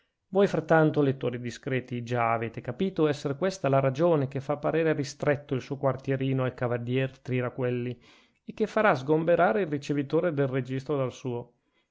voi frattanto lettori discreti già avete capito esser questa la ragione che fa parere ristretto il suo quartierino al cavalier tiraquelli e che farà sgomberare il ricevitore del registro dal suo